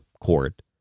court